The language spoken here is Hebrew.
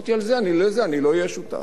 ואמרתי שלזה אני לא אהיה שותף.